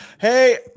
Hey